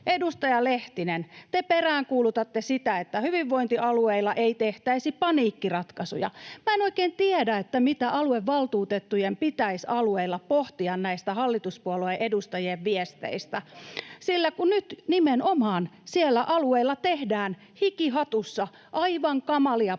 edustaja Lehtinen, te peräänkuulutatte sitä, että hyvinvointialueilla ei tehtäisi paniikkiratkaisuja. Minä en oikein tiedä, mitä aluevaltuutettujen pitäisi alueilla pohtia näistä hallituspuolueen edustajien viesteistä. [Mauri Peltokangas: Ei ainakaan mennä paniikkiin!] Nimenomaan, siellä alueilla tehdään hiki hatussa aivan kamalia päätöksiä